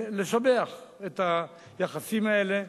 ולשבח את היחסים האלה,